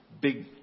big